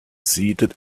seated